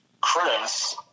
Chris